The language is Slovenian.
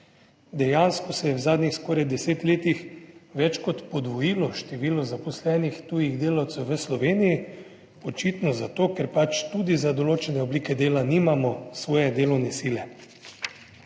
Dejansko se je v zadnjih skoraj deset letih več kot podvojilo število zaposlenih tujih delavcev v Sloveniji, očitno zato, ker pač tudi za določene oblike dela nimamo svoje delovne sile.